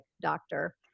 doctor